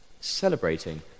celebrating